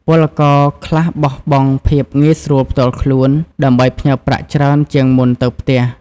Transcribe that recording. ពលករខ្លះបោះបង់ភាពងាយស្រួលផ្ទាល់ខ្លួន ដើម្បីផ្ញើប្រាក់ច្រើនជាងមុនទៅផ្ទះ។